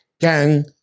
gang